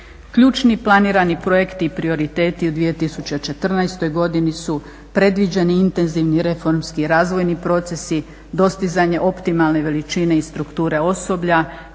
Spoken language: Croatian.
Ključni, planirani projekti i prioriteti u 2014. godini su predviđeni intenzivni reformski i razvojni procesi, dostizanje optimalne veličine i strukture osoblja,